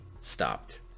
stopped